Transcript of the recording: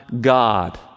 God